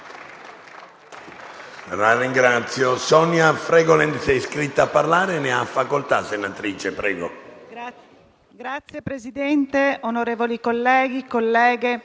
Signor Presidente, onorevoli colleghi e colleghe,